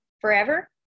Forever